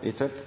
Huitfeldt –